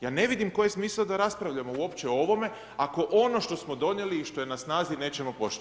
Ja ne vidim koji je smisao da raspravljamo uopće o ovome ako ono što smo donijeli i što je na snazi nećemo poštovati.